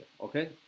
okay